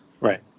Right